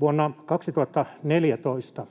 Vuonna 2014,